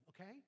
okay